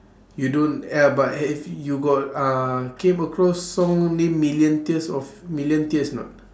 you don't eh ya but have you got uh came across song name million tears of million tears or not